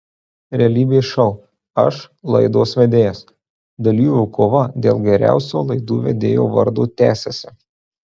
realybės šou aš laidos vedėjas dalyvių kova dėl geriausio laidų vedėjo vardo tęsiasi